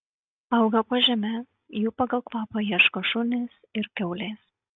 auga po žeme jų pagal kvapą ieško šunys ir kiaulės